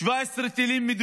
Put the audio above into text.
היו מתחילת החודש?